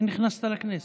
מתי נכנסת לכנסת?